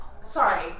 Sorry